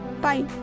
Bye